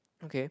okay